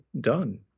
done